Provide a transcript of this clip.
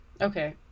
Okay